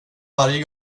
varje